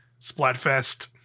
Splatfest